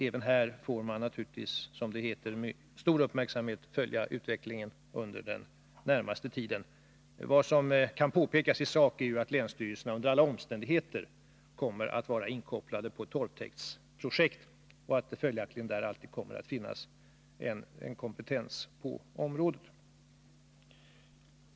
Även här får man naturligtvis, som det heter, med stor uppmärksamhet följa utvecklingen under den närmaste tiden. Vad som kan påpekas i sak är ju att länsstyrelserna under alla omständigheter kommer att vara inkopplade på torvtäktsprojekten och att det följaktligen där alltid kommer att finnas en kompetens på området.